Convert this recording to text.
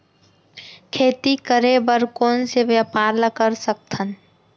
खेती करे बर कोन से व्यापार ला कर सकथन?